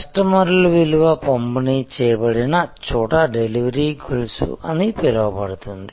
కస్టమర్కు విలువ పంపిణీ చేయబడిన చోట డెలివరీ గొలుసు అని పిలవబడుతుంది